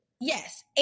yes